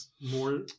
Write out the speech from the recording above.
more